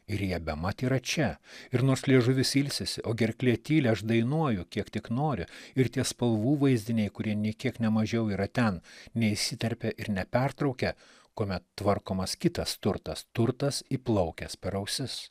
ir jie bemat yra čia ir nors liežuvis ilsisi o gerklė tyli aš dainuoju kiek tik nori ir tie spalvų vaizdiniai kurie nė kiek nemažiau yra ten neįsiterpė ir nepertraukė kuomet tvarkomas kitas turtas turtas įplaukęs per ausis